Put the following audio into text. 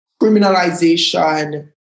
criminalization